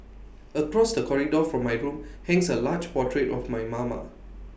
across the corridor from my room hangs A large portrait of my mama